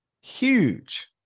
Huge